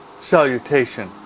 salutation